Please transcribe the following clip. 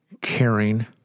caring